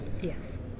Yes